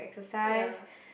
ya